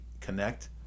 connect